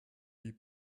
wie